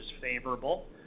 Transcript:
favorable